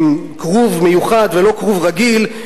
כרוב מיוחד ולא כרוב רגיל,